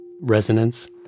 resonance